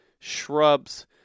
shrubs